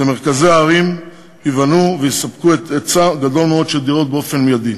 במרכזי ערים ייבנו ויספקו היצע גדול מאוד של דירות באופן מיידי,